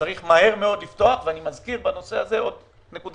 צריך מהר מאוד לפתוח ואני מזכיר בנושא הזה עוד נקודה